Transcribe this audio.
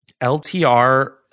LTR